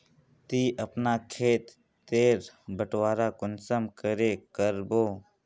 ती अपना खेत तेर बटवारा कुंसम करे करबो?